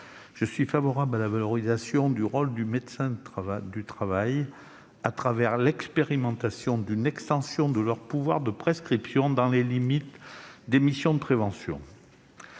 Je suis favorable à la valorisation du rôle du médecin du travail à travers l'expérimentation d'une extension de son pouvoir de prescription dans les limites des missions de prévention.